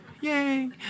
Yay